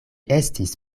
estis